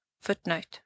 Footnote